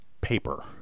paper